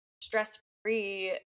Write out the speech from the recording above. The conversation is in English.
stress-free